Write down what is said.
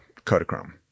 Kodachrome